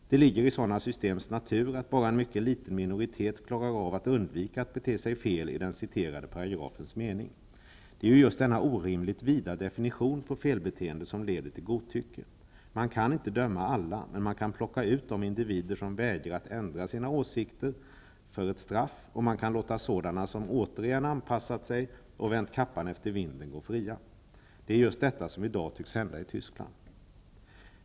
Det ligger i sådana systems natur att bara en mycket liten minoritet klarar av att undvika att bete sig fel enligt den mening i paragrafen som jag läste upp. Det är just denna orimligt vida definition på felbeteende som leder till godtycke. Man kan inte döma alla, men man kan plocka ut de individer som vägrat ändra sina åsikter och straffa dem, och man kan låta sådana som återigen anpassat sig och vänt kappan efter vinden gå fria. Det är just detta som i dag tycks hända i Tyskland.